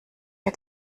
der